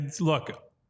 Look